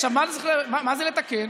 עכשיו, מה זה לתקן?